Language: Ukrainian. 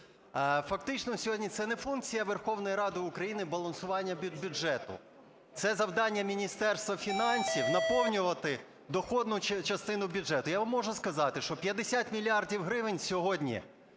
Фактично, сьогодні це не функція Верховної Ради України – балансування бюджету. Це завдання Міністерства фінансів – наповнювати дохідну частину бюджету. Я вам можу сказати, що 50 мільярдів гривень сьогодні